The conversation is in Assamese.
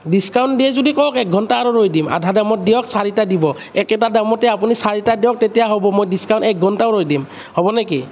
ডিচকাউণ্ট দিয়ে যদি কওঁক এঘণ্টা আৰু ৰৈ দিম আধা দামত দিয়ক চাৰিটা দিব একেটা দামতে আপুনি চাৰিটা দিয়ক তেতিয়া হ'ব মই ডিচকাউণ্ট এঘণ্টাও ৰৈ দিম হ'ব নেকি